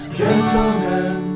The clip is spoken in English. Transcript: gentlemen